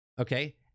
okay